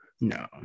no